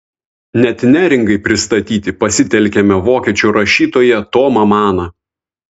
net neringai pristatyti pasitelkiame vokiečių rašytoją tomą maną